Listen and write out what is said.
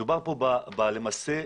מדובר כאן למעשה,